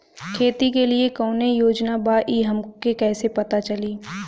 खेती के लिए कौने योजना बा ई हमके कईसे पता चली?